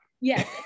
Yes